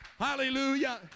Hallelujah